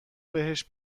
بهش